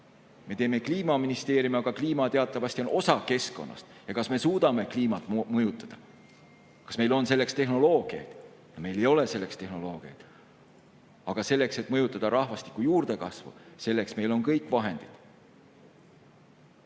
Me teeme kliimaministeeriumi, aga kliima teatavasti on osa keskkonnast. Kas me suudame kliimat mõjutada? Kas meil on selleks tehnoloogiaid? Meil ei ole selleks tehnoloogiaid. Aga selleks, et mõjutada rahvastiku juurdekasvu, on meil kõik vahendid.